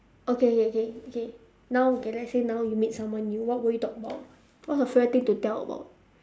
okay K K K K now okay let's say you meet someone new what would you talk about what's your favourite thing to tell about